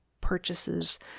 purchases